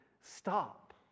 stop